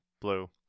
blue